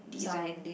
design